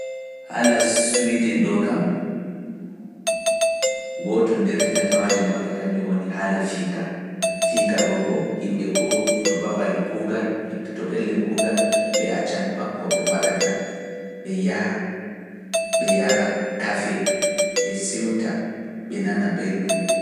Haala suuwidin ɗo kam, gooto nder finatawaaji maɓɓe kanji woni haala fiika, fiika ɗo boo yimɓe koo itto babal kuugal, itto pelle kuugal, ɓe accan pakko, ɓe waɗata, ɓe yaha, ɓe yara kafe, ɓe siwta, ɓe nana belɗum.